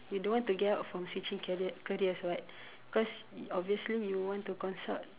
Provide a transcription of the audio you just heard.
you don't want to get out from switching career careers [what] because obviously you want to consult